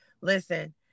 Listen